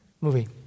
movie